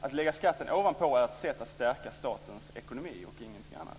Att lägga skatten ovanpå är ett sätt att stärka statens ekonomi och ingenting annat.